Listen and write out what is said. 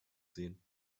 sehen